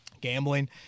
gambling